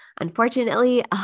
unfortunately